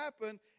happen